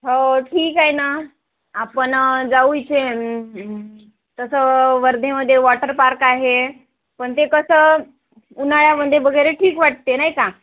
हो ठीक आहे ना आपण जाऊ इथे तसं वर्धेमध्ये वॉटर पार्क आहे पण ते कसं उन्हाळ्यामध्ये वगैरे ठीक वाटते नाही का